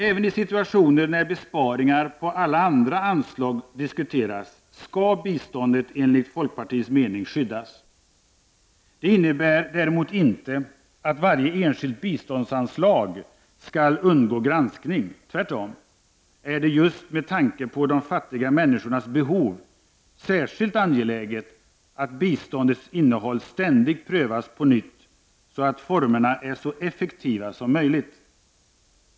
Även i situationer när besparingar på alla andra anslag måste diskuteras skall biståndet enligt folkpartiets mening skyddas. Det innebär däremot inte att varje enskilt biståndsanslag skall undgå granskning. Tvärtom är det, just med tanke på de fattiga människornas behov, särskilt angeläget att biståndets innehåll ständigt prövas på nytt så att formerna är så effektiva som möjligt.